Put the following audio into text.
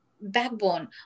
backbone